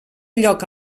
lloc